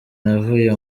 navuye